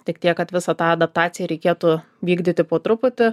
tik tiek kad visą tą adaptaciją reikėtų vykdyti po truputi